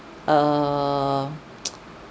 uh